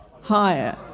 Higher